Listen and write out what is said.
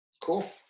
Cool